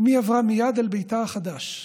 אימי עברה מייד אל ביתה החדש,